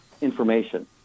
information